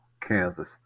Kansas